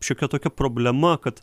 šiokia tokia problema kad